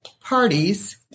parties